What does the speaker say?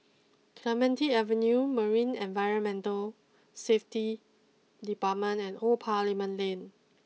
Clementi Avenue Marine Environment Safety Department and Old Parliament Lane